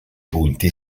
punti